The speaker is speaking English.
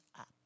up